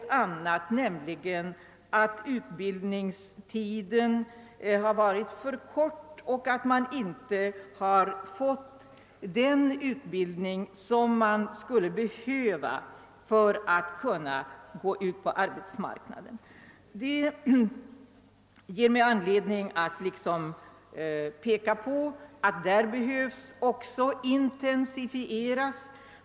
Men denna grupp framhåller även att utbildningstiden har varit för kort och att man inte fått den utbildning som man skulle behöva för att kunna gå ut på arbetsmarknaden. Detta ger mig aniedning framhålla att utbildningen behöver intensifieras.